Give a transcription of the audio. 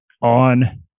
on